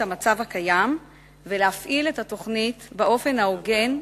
המצב הקיים ולהפעיל את התוכנית באופן ההוגן,